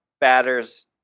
batters